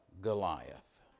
Goliath